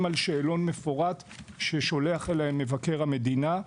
על שאלון מפורט ששולח להם מבקר המדינה.